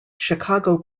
chicago